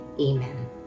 Amen